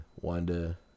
Wanda